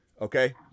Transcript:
okay